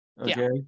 Okay